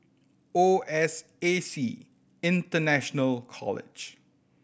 O S A C International College